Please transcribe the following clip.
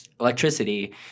electricity